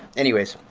anyways,